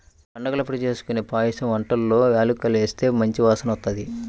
పండగలప్పుడు జేస్కొనే పాయసం వంటల్లో యాలుక్కాయాలేస్తే మంచి వాసనొత్తది